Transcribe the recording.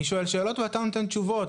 אני שואל שאלות ואתה נותן תשובות.